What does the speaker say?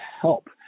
help